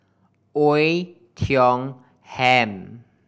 Oei Tiong Ham